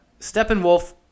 Steppenwolf